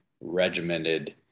regimented